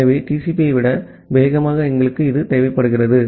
எனவே TCP ஐ விட வேகமாக எங்களுக்கு இது தேவைப்படுகிறது